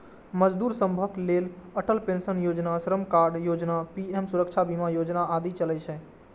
मजदूर सभक लेल Atal pension Yojana, Shram card Yojana, PM Suraksha Bima Yojana आदि चलै छै